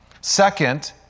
Second